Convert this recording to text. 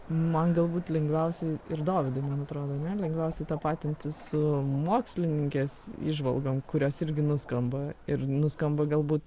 man galbūt lengviausiai ir dovydui man atrodo ne lengviausia tapatintis su mokslininkės įžvalgom kurios irgi nuskamba ir nuskamba galbūt